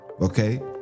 okay